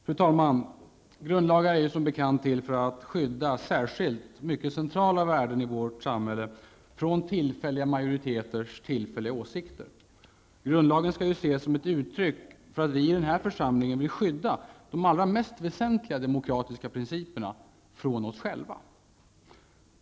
Fru talman! Grundlagar är till för att skydda särskilda, mycket centrala värden i vårt samhälle från tillfälliga majoriteters tillfälliga åsikter. Grundlagar skall ses som ett uttryck för att vi i den här församlingen vill skydda de mest väsentliga demokratiska principerna -- från oss själva.